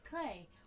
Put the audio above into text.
clay